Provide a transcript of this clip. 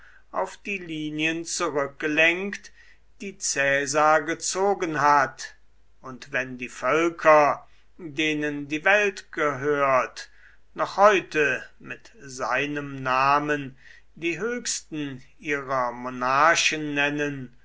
auf die linien zurückgelenkt die caesar gezogen hat und wenn die völker denen die welt gehört noch heute mit seinem namen die höchsten ihrer monarchen nennen